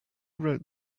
wrote